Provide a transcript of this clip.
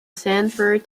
sanford